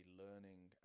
learning